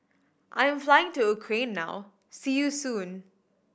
I am flying to Ukraine now see you soon